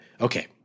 okay